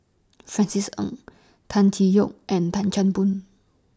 Francis Ng Tan Tee Yoke and Tan Chan Boon